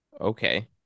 Okay